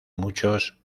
muchos